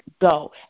go